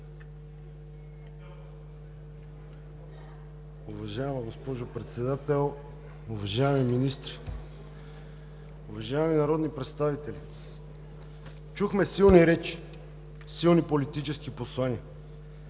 Уважаема госпожо Председател, уважаеми министри! Уважаеми народни представители, чухме силни речи, силни политически послания.